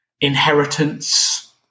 inheritance